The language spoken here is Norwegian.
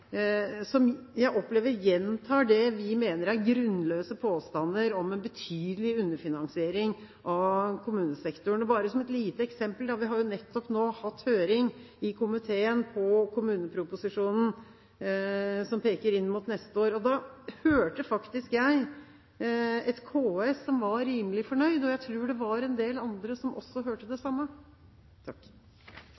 som jeg opplever gjentar det vi mener er grunnløse påstander om betydelig underfinansiering av kommunesektoren. Et lite eksempel: Vi har nå nettopp hatt høring i komiteen om kommuneproposisjonen, som peker inn mot neste år. Da hørte faktisk jeg et KS som var rimelig fornøyd, og jeg tror det var en del andre som hørte det